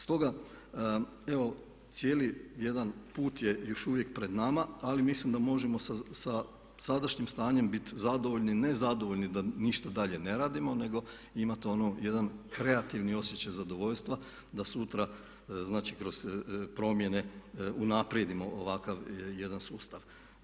Stoga evo cijeli jedan put je još uvijek pred nama ali mislim da možemo sa sadašnjim stanjem biti zadovoljni, ne zadovoljni da ništa dalje ne radimo nego imati ono jedan kreativni osjećaj zadovoljstva da sutra znači kroz promjene unaprijedimo ovakav jedan sustav.